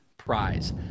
prize